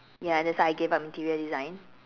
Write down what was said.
ya that's why I gave up interior design